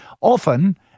Often